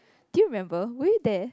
can you remember were you there